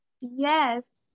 Yes